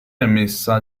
emessa